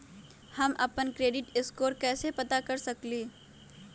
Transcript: हम अपन credit score कैसे पता कर सकेली?